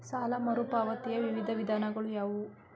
ಸಾಲ ಮರುಪಾವತಿಯ ವಿವಿಧ ವಿಧಾನಗಳು ಯಾವುವು?